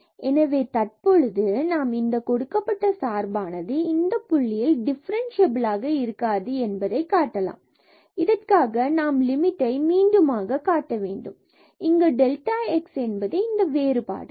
எனவே தற்பொழுது நாம் இந்த கொடுக்கப்பட்ட சார்பானது இந்த புள்ளியில் டிஃபரண்ட்சியபிலாக இருக்காது என்பதை காட்டலாம் இதற்காக நாம் லிமிட்டை மீண்டுமாக காட்ட வேண்டும் இங்கு டெல்டா x என்பது இந்த வேறுபாடு ஆகும்